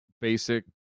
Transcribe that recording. basic